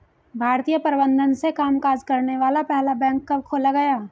भारतीय प्रबंधन से कामकाज करने वाला पहला बैंक कब खोला गया?